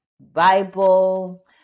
Bible